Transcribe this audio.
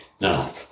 No